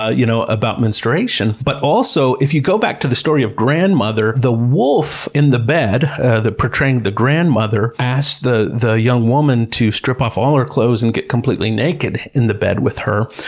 ah you know, about menstruation. but also, if you go back to the story of grandmother, the wolf in the bed portraying the grandmother, asked the the young woman to strip off all her clothes and get completely naked in the bed with her.